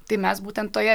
tai mes būtent toje